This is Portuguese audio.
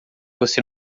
você